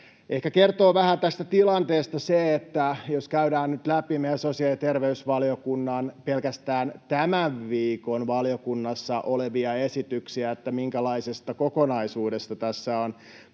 Ehkä se kertoo vähän tästä tilanteesta, jos käydään nyt läpi meidän sosiaali- ja terveysvaliokunnan pelkästään tällä viikolla valiokunnassa olevia esityksiä siitä, minkälaisesta kokonaisuudesta tässä on